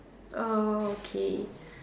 oh okay